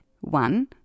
one